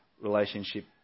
relationship